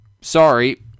Sorry